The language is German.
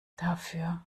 dafür